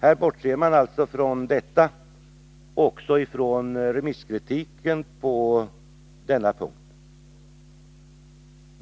Här bortser man alltså från detta och därmed också från remisskritiken på denna punkt.